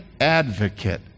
advocate